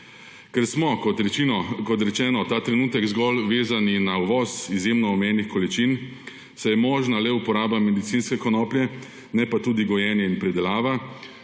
Ker smo, kot rečeno, ta trenutek zgolj vezani na uvoz izjemno omejenih količin, saj je možna le uporaba medicinske konoplje, ne pa tudi gojenje in predelava,